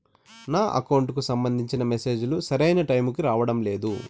నా అకౌంట్ కు సంబంధించిన మెసేజ్ లు సరైన టైము కి రావడం లేదు